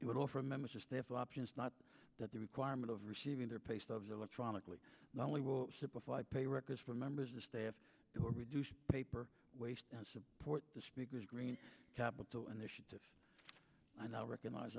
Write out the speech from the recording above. it would offer members just a few options not that the requirement of receiving their pay stubs electronically not only will simplify pay records for members of staff or reduce paper waste and support the speaker's green capital initiative and i recognize